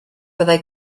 byddai